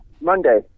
Monday